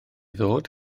ddod